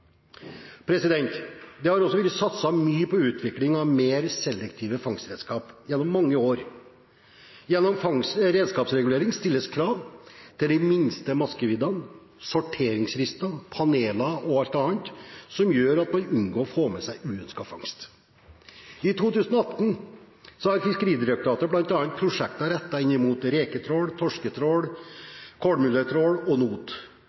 dager. Det har også vært satset mye på utvikling av mer selektive fangstredskaper gjennom mange år. Gjennom redskapsreguleringer stilles krav til minste maskevidde, sorteringsrister, paneler og alt annet som gjør at man unngår å få med seg uønsket fangst. I 2018 har Fiskeridirektoratet bl.a. prosjekter rettet inn mot reketrål, torsketrål, kolmuletrål og not.